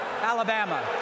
Alabama